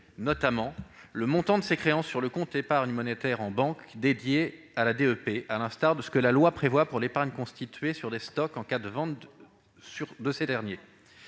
retrait, le montant de ces créances sur le compte d'épargne monétaire en banque dédié à la DEP, à l'instar de ce que la loi prévoit pour l'épargne constituée sur des stocks en cas de vente de ces derniers.